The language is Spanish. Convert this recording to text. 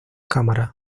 cámaras